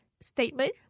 statement